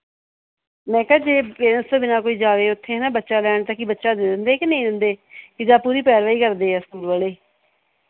ਮੈਂ ਕਿਹਾ ਜੇ ਪੇਰੈਂਟਸ ਤੋਂ ਬਿਨਾਂ ਕੋਈ ਜਾਵੇ ਉਥੇ ਨਾ ਬੱਚਾ ਲੈਣ ਤਾਂ ਕੀ ਬੱਚਾ ਦੇ ਦਿੰਦੇ ਹੈ ਕਿ ਨਹੀਂ ਦਿੰਦੇ ਕਿ ਜਾਂ ਪੂਰੀ ਪੈਰਵਾਈ ਕਰਦੇ ਆ ਸਕੂਲ ਵਾਲੇ